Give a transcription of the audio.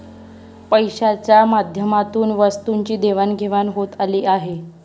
पैशाच्या माध्यमातून वस्तूंची देवाणघेवाण होत आली आहे